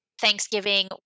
Thanksgiving